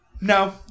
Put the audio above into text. No